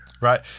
Right